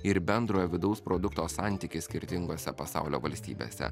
ir bendrojo vidaus produkto santykį skirtingose pasaulio valstybėse